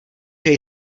jej